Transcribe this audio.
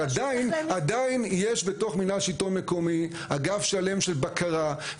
אבל עדיין יש בתוך מינהל השלטון המקומי אגף שלם של בקרה,